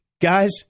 guys